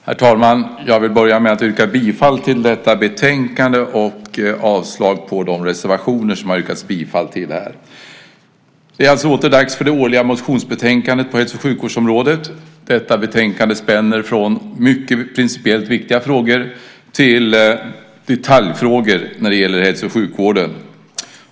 Herr talman! Jag börjar med att yrka bifall till förslaget i betänkandet och avslag på de reservationer som det har yrkats bifall till. Det är alltså dags för det årliga motionsbetänkandet på hälso och sjukvårdsområdet. Detta betänkande spänner från principiellt mycket viktiga frågor till detaljfrågor när det gäller hälso och sjukvården.